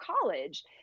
college